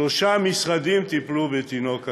שלושה משרדים טיפלו בתינוק הקטן,